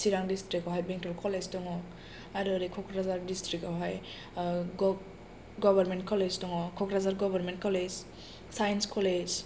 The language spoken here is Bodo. चिरां डिस्ट्रिकावहाय बेंटल कलेज दङ आरो ओरै कक्राझार डिस्ट्रिकावहाय गभ गभारमेन कलेज दङ Kokrajhar government college science college